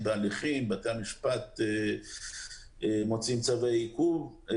בהליכים כאשר בתי המשפט מוציאים צווי עיכוב.